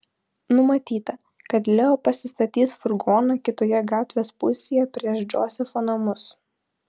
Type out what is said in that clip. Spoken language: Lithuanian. numatyta kad leo pasistatys furgoną kitoje gatvės pusėje prieš džozefo namus